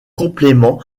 complément